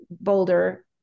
Boulder